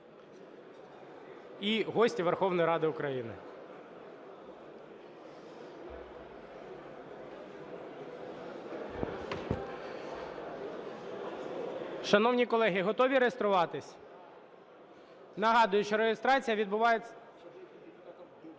і гості Верховної Ради України. Шановні колеги, готові реєструватись? Нагадую, що реєстрація відбувається...